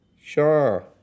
Sure